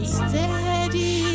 steady